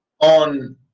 on